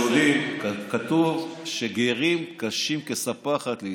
אתה יודע שהיהודים, כתוב שגרים קשים כספחת לישראל.